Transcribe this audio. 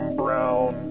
brown